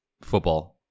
football